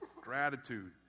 Gratitude